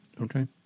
Okay